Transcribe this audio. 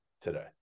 today